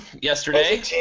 yesterday